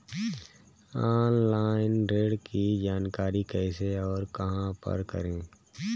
Online ऋण की जानकारी कैसे और कहां पर करें?